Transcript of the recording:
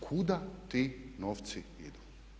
Kuda ti novci idu?